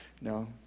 No